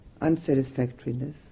unsatisfactoriness